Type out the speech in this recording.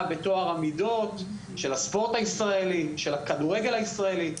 בטוהר המידות של הספורט והכדורגל הישראלי,